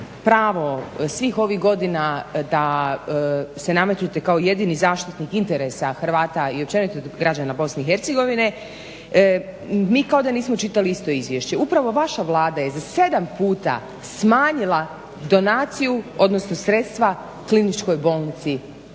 pravo svih ovih godina da se nametnete kao jedini zaštitnik interesa Hrvata i općenito građana BiH, mi kao da nismo čitali isto izvješće. Upravo vaša Vlada je za sedam puta smanjila donaciju, odnosno sredstava KB Mostar, a